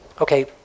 Okay